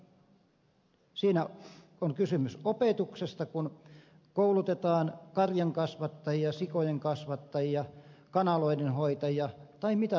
siinä on kysymys opetuksesta kun koulutetaan karjankasvattajia sikojenkasvattajia kanaloidenhoitajia tai mitä tahansa